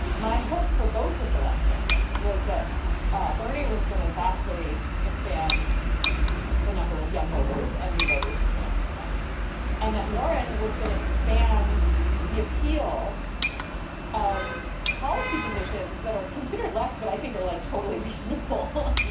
my hope for both of the left candidates was that ah bernie was going to vastly expand the number of young voters and new voters who came out for him and that warren was going to expand the appeal of policy positions that are considered left, but i think are like totally reasonable.